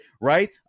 right